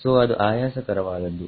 ಸೋಅದು ಆಯಾಸಕರವಾದದ್ದು